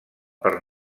per